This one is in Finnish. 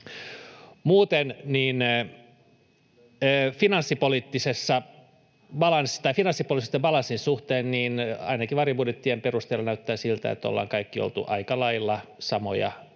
Muuten finanssipoliittisen balanssin suhteen ainakin varjobudjettien perusteella näyttää siltä, että ollaan kaikki oltu aika lailla samoilla